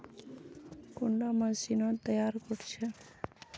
कुंडा मशीनोत तैयार कोर छै?